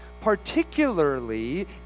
particularly